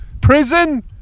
Prison